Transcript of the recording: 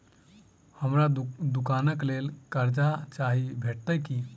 हमरा दुकानक लेल कर्जा चाहि भेटइत की?